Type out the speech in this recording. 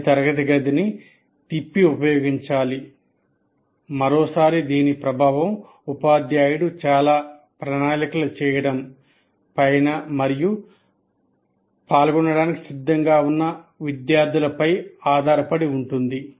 అది తరగతి గదిని తిప్పి ఉపయోగించాలి మరోసారి దాని ప్రభావం ఉపాధ్యాయుడు చాలా ప్రణాళికలు చేయడం పైన మరియు పాల్గొనడానికి సిద్ధంగా ఉన్న విద్యార్థులపై ఆధారపడి ఉంటుంది